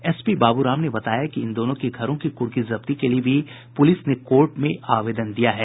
SP Babu Ram ने बताया कि इन दोनों के घर की कुर्की जब्ती के लिए पुलिस ने कोर्ट में आवेदन दिया है